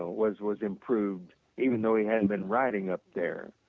was was improved even though he hadn't been writing up there.